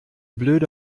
blöde